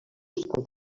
amb